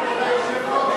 אדוני היושב-ראש,